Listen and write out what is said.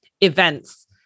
events